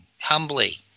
humbly